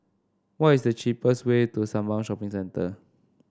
what is the cheapest way to Sembawang Shopping Centre